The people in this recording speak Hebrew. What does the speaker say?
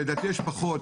לדעתי יש פחות,